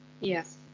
yes